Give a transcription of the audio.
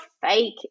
fake